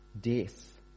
Death